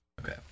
Okay